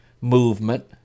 movement